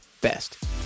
best